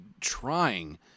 trying